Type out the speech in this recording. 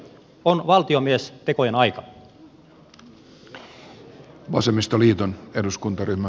on valtiomiestekojen aika